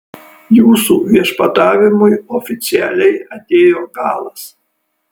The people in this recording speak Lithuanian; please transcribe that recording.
jūsų viešpatavimui oficialiai atėjo galas